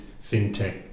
fintech